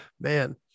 man